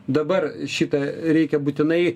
dabar šitą reikia būtinai